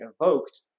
evoked